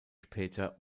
später